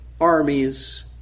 armies